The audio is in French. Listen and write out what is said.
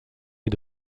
est